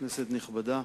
כנסת נכבדה,